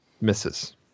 misses